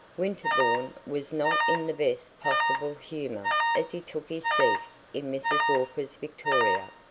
winterbourne was not in the best possible humor as he took his seat in mrs. walker's victoria.